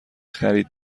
خرید